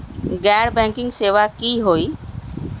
गैर बैंकिंग सेवा की होई?